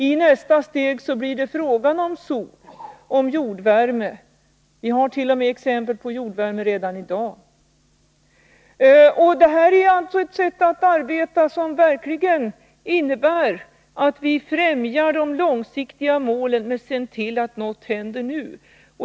I nästa steg blir det fråga om jordvärme. Vi har exempel på att jordvärme används redan i dag. Detta är ett sätt att arbeta som innebär att vi främjar de långsiktiga målen men ser till att något händer nu.